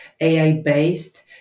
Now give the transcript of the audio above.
AI-based